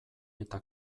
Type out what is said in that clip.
eta